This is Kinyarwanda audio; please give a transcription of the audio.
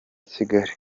kigali